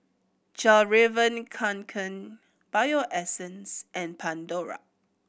Fjallraven Kanken Bio Essence and Pandora